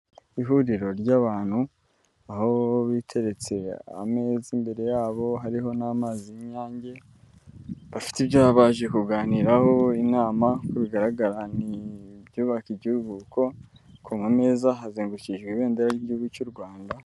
Ihuriro ry'abantu, aho biteretse ameza imbere y'abo hariho n'amazi y'inyange, bafite ibyo baba baje kuganiraho, inama bigaragara ni ibyubaka igihugu kuko ku meza hazengurukijwe ibendera ry'igihugu cy'u Rwanda.